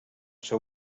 seu